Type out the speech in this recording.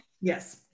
Yes